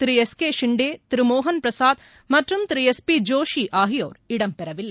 திரு S K Shinde Thiru மோகன் பிரசாத் மற்றும் Thiru C P Joshi ஆகியோர் இடம்பெறவில்லை